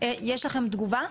יש לכם תגובה?